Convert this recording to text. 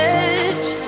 edge